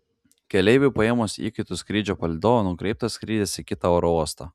keleiviui paėmus įkaitu skrydžio palydovą nukreiptas skrydis į kitą oro uostą